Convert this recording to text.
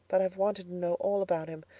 but i've wanted to know all about him.